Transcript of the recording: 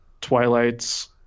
Twilight's